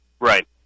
Right